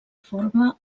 forma